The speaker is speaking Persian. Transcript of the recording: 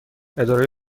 اداره